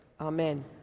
amen